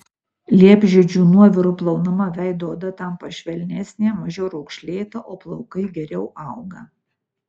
liepžiedžių nuoviru plaunama veido oda tampa švelnesnė mažiau raukšlėta o plaukai geriau auga